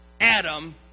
Adam